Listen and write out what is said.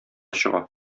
чыга